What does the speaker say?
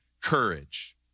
courage